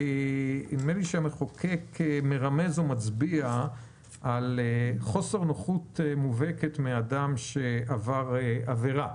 נדמה לי שהמחוקק מרמז או מצביע על חוסר נוחות מובהקת מאדם שעבר עבירה.